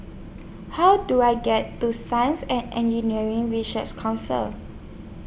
How Do I get to Science and Engineering Ray shares Council